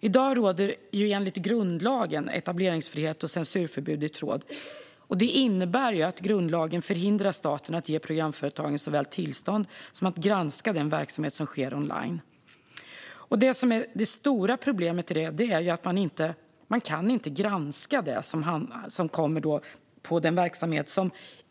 I dag råder det enligt grundlagen etableringsfrihet och censurförbud i tråd. Det innebär att grundlagen förhindrar staten såväl att ge programföretagen tillstånd som att granska den verksamhet som sker online. Det som är det stora problemet i det är ju att man inte kan granska det som kommer på den verksamheten.